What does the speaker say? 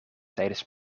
tijdens